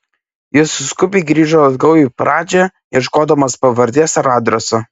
jis skubiai grįžo atgal į pradžią ieškodamas pavardės ar adreso